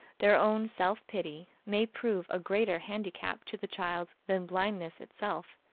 their own self-pity, may prove a greater handicap to the child than blindness itself.